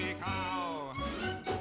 cow